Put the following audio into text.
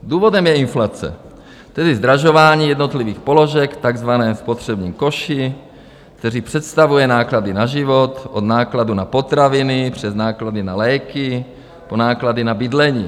Důvodem je inflace, tedy zdražování jednotlivých položek takzvané v spotřebním koši, který představuje náklady na život od nákladů na potraviny přes náklady na léky po náklady na bydlení.